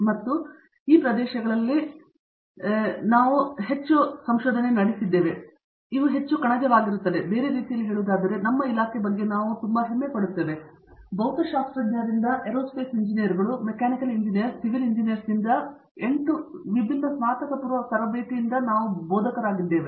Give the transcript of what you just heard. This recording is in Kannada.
ಮತ್ತು ಈ ಪ್ರದೇಶಗಳಲ್ಲಿ ನಾವು ಹೊಂದಿವೆ ಇವುಗಳು ಹೆಚ್ಚು ಕಣಜವಾಗಿರುತ್ತವೆ ಬೇರೆ ರೀತಿಯಲ್ಲಿ ಹೇಳುವುದಾದರೆ ನಮ್ಮ ಇಲಾಖೆ ಬಗ್ಗೆ ನಾವು ತುಂಬಾ ಹೆಮ್ಮೆಪಡುತ್ತೇವೆ ಭೌತಶಾಸ್ತ್ರಜ್ಞರಿಂದ ಏರೋಸ್ಪೇಸ್ ಎಂಜಿನಿಯರ್ಗಳು ಮೆಕ್ಯಾನಿಕಲ್ ಇಂಜಿನಿಯರ್ಸ್ ಸಿವಿಲ್ ಇಂಜಿನಿಯರ್ಸ್ನಿಂದ 8 ವಿಭಿನ್ನ ಸ್ನಾತಕಪೂರ್ವ ತರಬೇತಿಯಿಂದ ನಾವು ಬೋಧಕರಾಗಿದ್ದೇವೆ